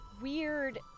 weird